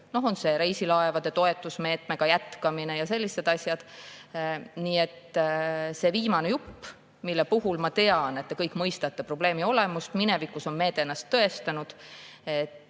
näiteks reisilaevade toetusmeetme jätkamine ja sellised asjad. Nii et see viimane jupp, mille puhul ma tean, et te kõik mõistate probleemi olemust – minevikus on see meede ennast tõestanud –,